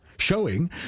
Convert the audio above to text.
showing